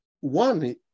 one